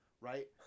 right